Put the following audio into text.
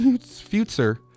future